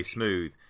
Smooth